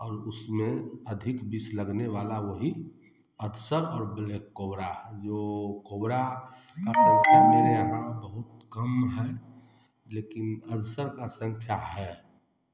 और उसमें अधिक विष लगने वाला वही अधसर और ब्लैक कोबरा है जो कोबरा का संख्या मेरे यहाँ बहुत कम है लेकिन अधसर का संख्या है